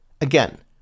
Again